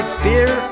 beer